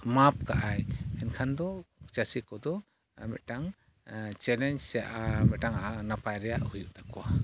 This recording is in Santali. ᱢᱟᱯ ᱠᱟᱜᱼᱟᱭ ᱮᱱᱠᱷᱟᱱ ᱫᱚ ᱪᱟᱹᱥᱤ ᱠᱚᱫᱚ ᱢᱤᱫᱴᱟᱝ ᱪᱮᱞᱮᱧᱡᱽ ᱥᱮ ᱢᱤᱫᱴᱟᱝ ᱱᱟᱯᱟᱭ ᱨᱮᱭᱟᱜ ᱦᱩᱭᱩᱜ ᱛᱟᱠᱚᱣᱟ